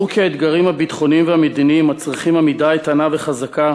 ברור כי האתגרים הביטחוניים והמדיניים מצריכים עמידה איתנה וחזקה